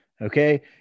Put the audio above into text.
Okay